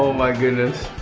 my goodness.